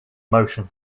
motion